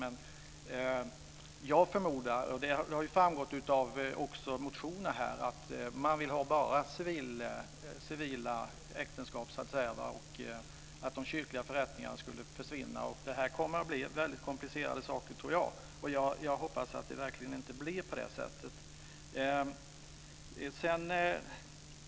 Men det har framgått av motioner här att man bara vill ha civila äktenskap och att de kyrkliga förrättningarna skulle försvinna. Jag tror att det skulle bli väldigt komplicerat. Jag hoppas verkligen att det inte blir på det sättet.